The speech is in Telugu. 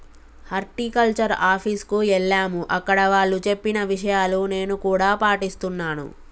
హార్టికల్చర్ ఆఫీస్ కు ఎల్లాము అక్కడ వాళ్ళు చెప్పిన విషయాలు నేను కూడా పాటిస్తున్నాను